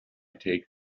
take